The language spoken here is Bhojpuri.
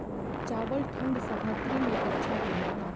चावल ठंढ सह्याद्री में अच्छा होला का?